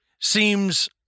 seems